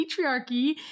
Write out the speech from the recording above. patriarchy